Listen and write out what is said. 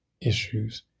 issues